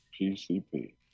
PCP